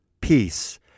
peace